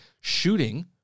shooting